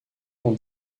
dans